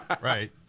right